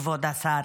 כבוד השר.